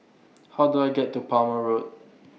How Do I get to Palmer Road